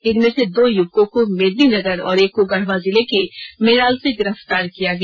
इनमें से दो युवकों को मेदिनीनगर और एक को गढवा जिले के मेराल से गिरफ्तार किया गया